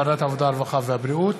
הכנסת.